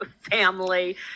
family